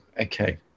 okay